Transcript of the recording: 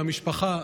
למשפחה,